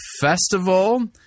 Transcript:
festival